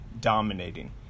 dominating